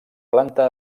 planta